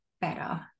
better